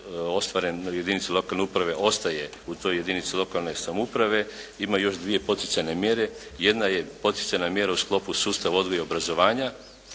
ostvaren na jedinici lokalne uprave ostaje u toj jedinici lokalne samouprave. Ima još dvije poticajne mjere. Jedna je poticajna mjera u sustavu odgoja i obrazovanja.